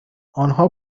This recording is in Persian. انها